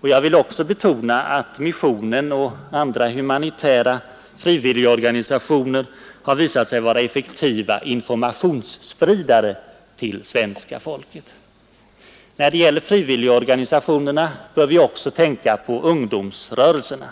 Jag vill också betona att missionen och andra humanitära frivilligorganisationer har visat sig vara effektiva spridare av information till svenska folket. När det gäller frivilligorganisationerna bör vi också tänka på ungdomsrörelserna.